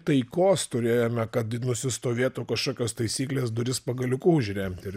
taikos turėjome kad nusistovėtų kažkokios taisyklės duris pagaliuku užremt ir